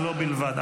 ולו בלבד.